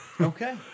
Okay